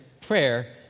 prayer